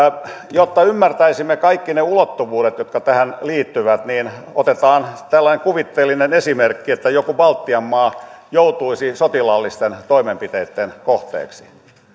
jotta ymmärtäisimme kaikki ne ulottuvuudet jotka tähän liittyvät otetaan tällainen kuvitteellinen esimerkki että joku baltian maa joutuisi sotilaallisten toimenpiteitten kohteeksi